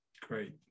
Great